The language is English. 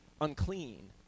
unclean